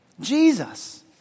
Jesus